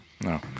No